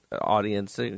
audience